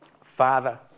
Father